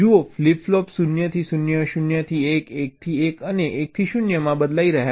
જુઓ flip flop 0 થી 0 0 થી 1 1 થી 1 અને 1 થી 0 માં પણ બદલાઈ રહ્યા છે